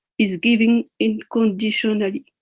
is giving unconditionally.